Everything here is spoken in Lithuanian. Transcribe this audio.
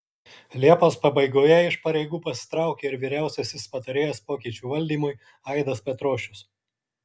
liepos pabaigoje iš pareigų pasitraukė ir vyriausiasis patarėjas pokyčių valdymui aidas petrošius